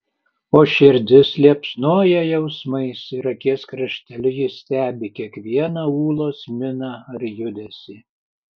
o širdis liepsnoja jausmais ir akies krašteliu jis stebi kiekvieną ūlos miną ar judesį